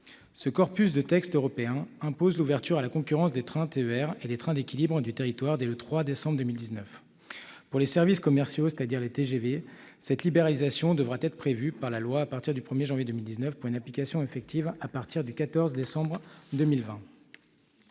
Ce corpus de textes européens impose l'ouverture à la concurrence des TER et des trains d'équilibre du territoire dès le 3 décembre 2019. Pour les services commerciaux, c'est-à-dire les TGV, cette libéralisation devra être prévue par la loi à partir du 1 janvier 2019, pour une application effective à partir du 14 décembre 2020.